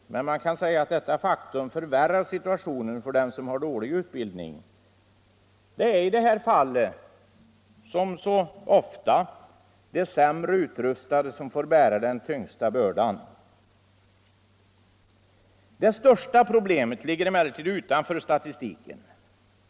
Men man kan säga att detta faktum förvärrar situationen för dem som har dålig utbildning. Det är i det här fallet som så ofta annars de sämre utrustade som får bära den tyngsta bördan. Det största problemet ligger emellertid utanför statistiken.